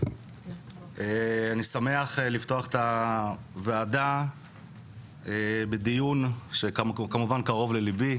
אני שמח לפתוח את דיון הוועדה בנושא שכמובן קרוב לליבי